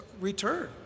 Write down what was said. return